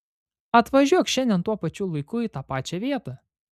atvažiuok šiandien tuo pačiu laiku į tą pačią vietą